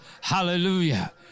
Hallelujah